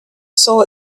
saw